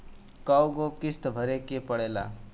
कय गो किस्त भरे के पड़ेला?